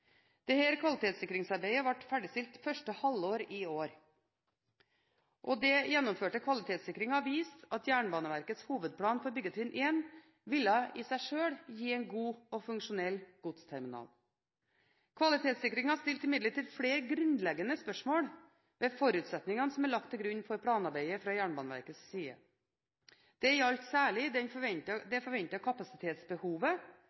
kvalitetssikringsarbeidet ble ferdigstilt første halvår i år. Den gjennomførte kvalitetssikringen viste at Jernbaneverkets hovedplan for byggetrinn 1 ville i seg selv gi en god og funksjonell godsterminal. Kvalitetssikringen stilte imidlertid flere grunnleggende spørsmål ved forutsetningene som er lagt til grunn for planarbeidet fra Jernbaneverkets side. Det gjaldt særlig